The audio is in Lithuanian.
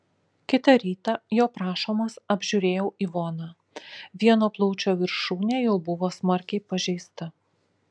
kitą rytą jo prašomas apžiūrėjau ivoną vieno plaučio viršūnė jau buvo smarkiai pažeista